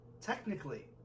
Technically